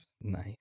nice